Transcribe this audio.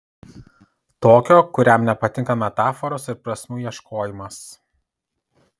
tokio kuriam nepatinka metaforos ir prasmių ieškojimas